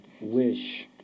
wish